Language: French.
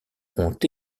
ont